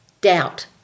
doubt